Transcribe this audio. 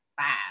five